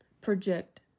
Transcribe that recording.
project